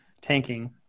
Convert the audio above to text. tanking